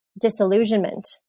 disillusionment